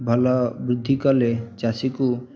ଭଲ ବୃଦ୍ଧି କଲେ ଚାଷୀକୁ